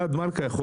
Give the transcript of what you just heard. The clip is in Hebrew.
אלעד מלכא,